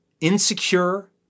insecure